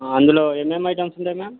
అందులో ఏమేమి ఐటమ్స్ ఉంటాయి మ్యామ్